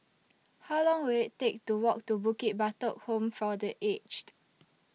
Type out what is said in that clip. How Long Will IT Take to Walk to Bukit Batok Home For The Aged